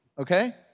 okay